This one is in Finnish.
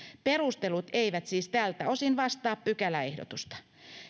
perustelut eivät siis tältä osin vastaa pykäläehdotusta